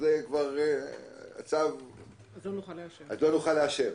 אז לא נוכל לאשר.